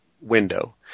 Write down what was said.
window